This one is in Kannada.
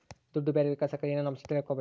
ದುಡ್ಡು ಬೇರೆಯವರಿಗೆ ಕಳಸಾಕ ಏನೇನು ಅಂಶ ತಿಳಕಬೇಕು?